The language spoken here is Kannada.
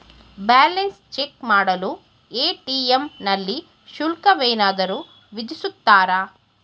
ಬ್ಯಾಲೆನ್ಸ್ ಚೆಕ್ ಮಾಡಲು ಎ.ಟಿ.ಎಂ ನಲ್ಲಿ ಶುಲ್ಕವೇನಾದರೂ ವಿಧಿಸುತ್ತಾರಾ?